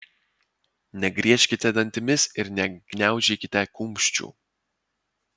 negriežkite dantimis ir negniaužykite kumščių